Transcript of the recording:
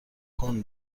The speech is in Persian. کورن